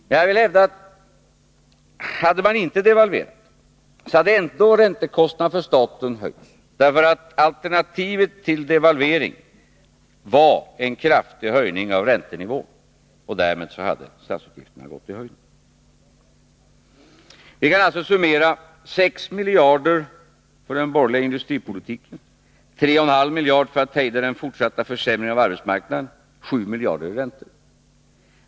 Men jag vill hävda att om man inte hade devalverat så hade räntekostnaden ändå höjts för staten, därför att alternativet till devalvering var en kraftig höjning av räntenivån, och därmed Nr 52 Vi kan alltså summera 6 miljarder för den borgerliga industripolitiken, 3,5 miljarder för att hejda den fortsatta försämringen av arbetsmarknaden, 7 miljarder i räntor.